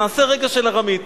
נעשה רגע של ארמית.